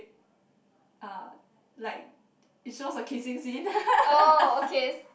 like it shows a kissing scene